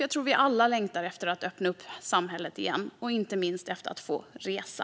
Jag tror att vi alla längtar efter att öppna upp samhället igen - och inte minst efter att få resa.